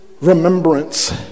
remembrance